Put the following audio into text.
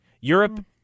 Europe